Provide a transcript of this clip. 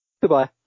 goodbye